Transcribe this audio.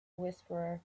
whisperer